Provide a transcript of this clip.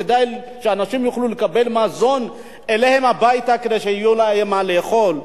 כדי שאנשים יוכלו לקבל מזון אליהם הביתה כדי שיהיה להם מה לאכול.